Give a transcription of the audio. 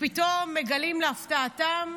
ופתאום מגלים להפתעתם,